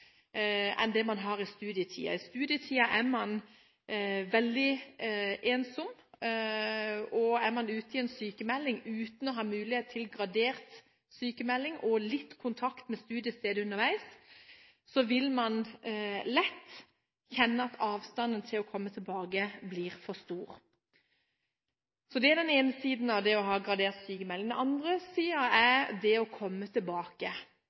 enn det man har i studietiden. I studietiden er man veldig ensom, og er man sykmeldt uten å ha mulighet til gradert sykmelding og litt kontakt med studiestedet underveis, vil man lett kjenne at avstanden til å komme tilbake blir for stor. Det er den ene siden av det å ha gradert sykmelding. Den andre siden er det å komme tilbake.